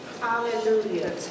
Hallelujah